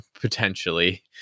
potentially